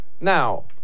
Now